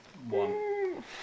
One